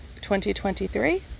2023